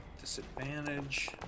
Disadvantage